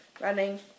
running